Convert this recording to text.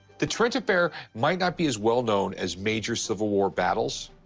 the trent affair might not be as well-known as major civil war battles.